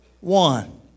one